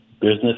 business